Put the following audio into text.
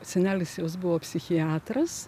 senelis jos buvo psichiatras